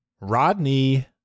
Rodney